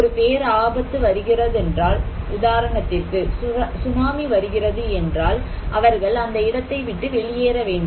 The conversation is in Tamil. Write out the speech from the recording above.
ஒரு பேராபத்து வருகிறதென்றால் உதாரணத்திற்கு சுனாமி வருகிறது என்றால் அவர்கள் அந்த இடத்தை விட்டு வெளியேற வேண்டும்